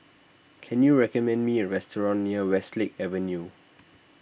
can you recommend me a restaurant near Westlake Avenue